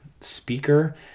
speaker